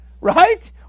Right